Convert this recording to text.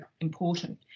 important